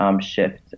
Shift